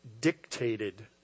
dictated